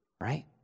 Right